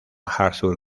arthur